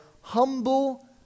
humble